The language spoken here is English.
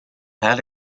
had